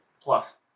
plus